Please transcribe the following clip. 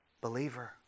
believer